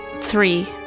three